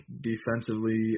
defensively